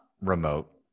remote